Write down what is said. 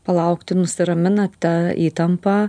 palaukti nusiramina ta įtampa